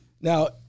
Now